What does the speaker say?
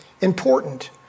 important